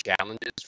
challenges